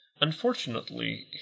Unfortunately